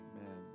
Amen